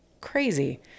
crazy